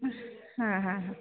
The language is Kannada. ಹಾಂ ಹಾಂ ಹಾಂ